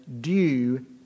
due